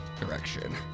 direction